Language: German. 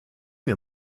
mir